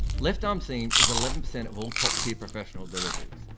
left arm seam is eleven percent of all top tier professional deliveries.